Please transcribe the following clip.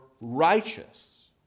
righteous